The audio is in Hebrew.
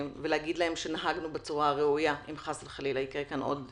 ולהגיד להם שנהגנו בצורה הראויה אם חלילה יקרה כאן עוד אסון.